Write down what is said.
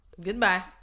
Goodbye